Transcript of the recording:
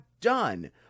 done